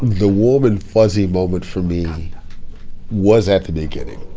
the warm and fuzzy moment for me was at the beginning,